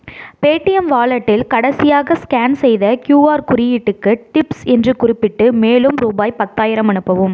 Paytm வாலெட்டில் கடைசியாக scan செய்த கியூஆர் குறியீட்டுக்கு டிப்ஸ் என்று குறிப்பிட்டு மேலும் ரூபாய் பத்தாயிரம் அனுப்பவும்